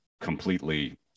completely